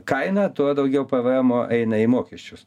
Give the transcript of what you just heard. kaina tuo daugiau pvemo eina į mokesčius